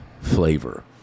flavor